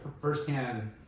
firsthand